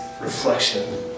reflection